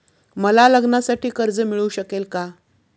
मला लग्नासाठी कर्ज मिळू शकेल का?